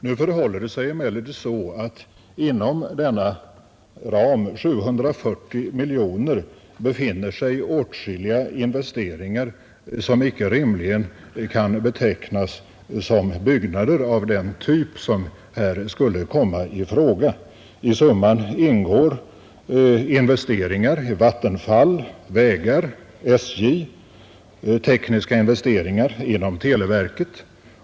Nu förhåller det sig emellertid så att inom denna ram, 740 miljoner, befinner sig åtskilliga investeringar som icke rimligen kan betecknas som byggnader av den typ som här skulle komma i fråga. I summan ingår investeringar i vattenfall, vägar och järnvägar samt tekniska investeringar inom televerket.